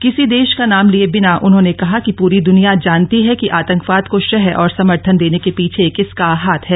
किसी देश का नाम लिये बिना उन्होंने कहा कि पूरी दूनिया जानती है कि आतंकवाद को शह और समर्थन देने के पीछे किसका हाथ है